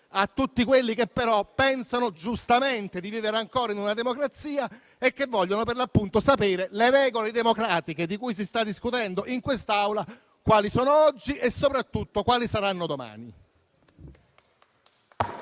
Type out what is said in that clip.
a tutti coloro che però pensano giustamente di vivere ancora in una democrazia e che vogliono per l'appunto sapere le regole democratiche di cui si sta discutendo in quest'Aula quali sono oggi e soprattutto quali saranno domani.